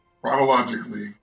chronologically